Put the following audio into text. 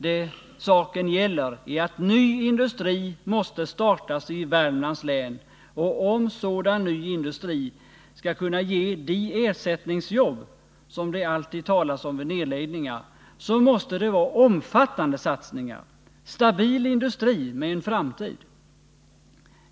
Det saken gäller är att ny industri måste startas i Värmlands län, och om sådan ny industri skall kunna ge de ersättningsjobb som det alltid talas om vid nedläggningar så måste omfattande satsningar göras. Det måste vara en stabil industri med en framtid.